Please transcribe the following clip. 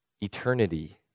Eternity